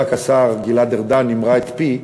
רק השר גלעד ארדן המרה את פי,